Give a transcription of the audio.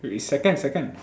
wait is second second